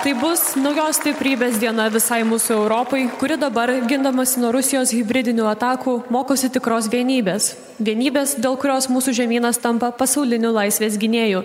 tai bus naujos stiprybės diena visai mūsų europai kuri dabar gindamasi nuo rusijos hibridinių atakų mokosi tikros vienybės vienybės dėl kurios mūsų žemynas tampa pasauliniu laisvės gynėju